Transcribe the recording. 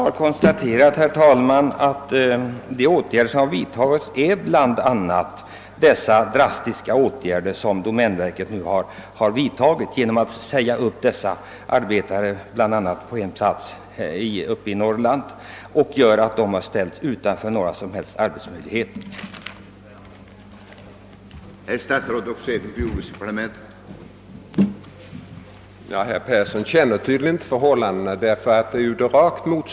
Jag har konstaterat att de åtgärder som vidtagits av domänverket bl.a. är den drastiska åtgärden att säga upp arbetare på bl.a. en plats i Norrland och ställa dem utan några som helst arbetsmöjligheter eller tillfälle till omskolning.